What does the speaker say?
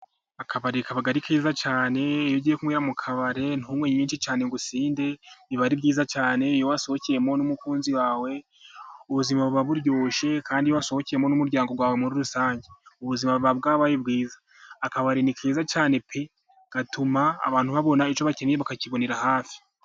Akabari kaba ari keza cyane, iyo ugiye kunywera mu kabari ntunywe nyinshi cyane ngo usinde, biba ari byiza cyane. Iyo wasohokeyemo n'umukunzi wawe, ubuzima buba buryoshye. Kandi wasohokeyemo n'umuryango wawe muri rusange ubuzima buba bwabaye bwiza. Akabari ni keza cyane pe! Gatuma abantu babona icyo bakeneye, bakakibonera hafi.